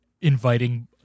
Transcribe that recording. inviting